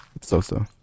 so-so